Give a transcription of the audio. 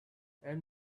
and